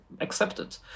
accepted